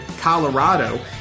Colorado